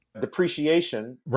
depreciation